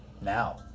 Now